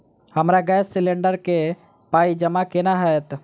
हमरा gas cylinder केँ पाई जमा केना हएत?